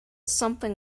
something